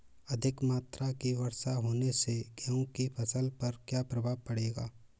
अधिक मात्रा की वर्षा होने से गेहूँ की फसल पर क्या प्रभाव पड़ेगा?